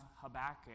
Habakkuk